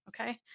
Okay